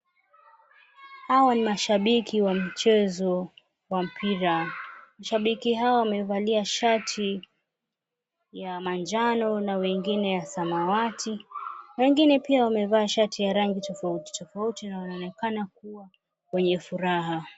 Hawa ni mashabiki wa mchezo wa mpira. Mashabiki hawa wamevalia shati ya manjano na wengine ya samawati na wengine pia wamevaa shati ya rangi tofauti tofauti na wanaoneka kuwa wenye furaha.